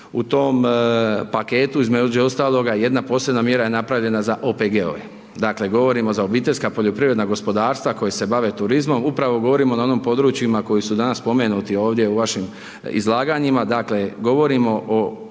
u tom paketu, između ostaloga, jedna posebna mjera je napravljena za OPG-ove. Dakle, govorimo za obiteljska poljoprivredna gospodarstva koja se bave turizmom, upravo govorimo na onim područjima koji su danas spomenuti ovdje u vašim izlaganjima, dakle, govorimo o